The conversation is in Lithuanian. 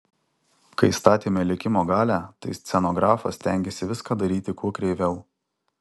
kai statėme likimo galią tai scenografas stengėsi viską daryti kuo kreiviau